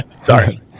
sorry